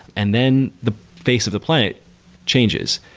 and then the face of the planet changes.